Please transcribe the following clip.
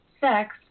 sex